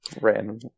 Random